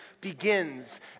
begins